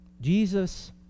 Jesus